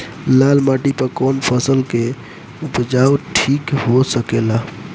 लाल माटी पर कौन फसल के उपजाव ठीक हो सकेला?